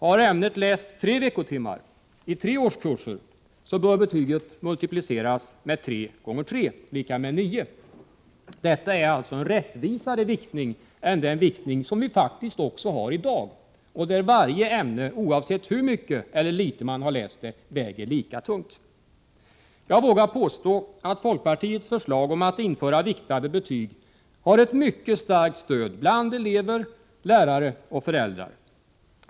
Har ämnet lästs tre veckotimmar i tre årskurser bör betyget multipliceras med tre, dvs. 3 x 3 = 9. Detta är alltså en rättvisare viktning än den vi faktiskt har i dag, där varje ämne, oavsett hur mycket eller litet man har läst det, väger lika tungt. Jag vågar påstå att folkpartiets förslag om införande av viktade betyg har ett mycket starkt stöd både bland elever, lärare och föräldrar.